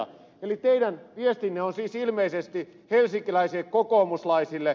eli teidän viestinne on siis ilmeisesti helsinkiläisille kokoomuslaisille